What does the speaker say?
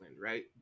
right